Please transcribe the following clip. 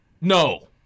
No